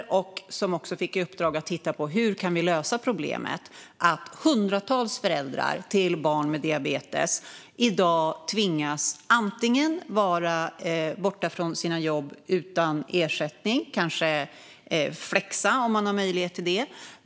Utredningen fick också i uppdrag att titta på hur vi kan lösa problemet med att hundratals föräldrar till barn med diabetes i dag tvingas vara borta från sina jobb utan ersättning eller kanske flexa om man har möjlighet till det.